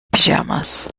pyjamas